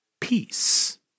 peace